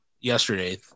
yesterday